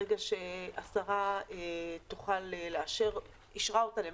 השרה אישרה אותה למעשה,